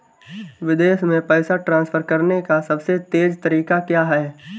विदेश में पैसा ट्रांसफर करने का सबसे तेज़ तरीका क्या है?